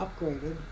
upgraded